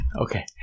Okay